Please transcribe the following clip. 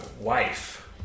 wife